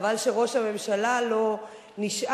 וחבל שראש הממשלה לא נשאר,